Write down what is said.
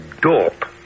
Dorp